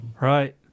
Right